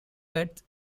pet